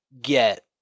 get